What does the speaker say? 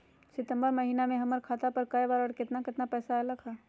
सितम्बर महीना में हमर खाता पर कय बार बार और केतना केतना पैसा अयलक ह?